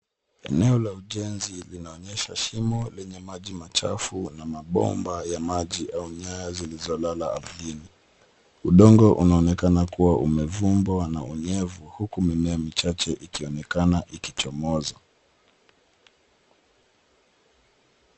Eneo la ujenzi linaonyesha shimo lenye maji machafu na mabomba ya maji au nyaya zilizolala ardhini ,udongo unaonekana kuwa umevumbwa na unyevu huku mimea mchache ikionekana ikichomoza.